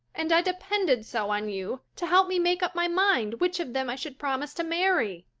and i depended so on you to help me make up my mind which of them i should promise to marry,